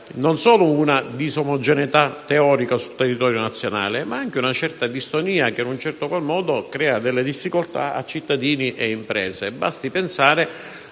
non solo una disomogeneità teorica sul territorio nazionale, ma anche una certa distonia che, in un certo qual modo, crea difficoltà a cittadini e imprese. Basti pensare